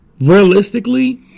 realistically